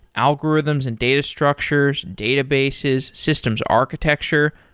algorithms and data structures, databases, systems architecture,